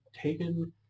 taken